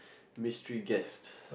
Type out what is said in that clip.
mystery guest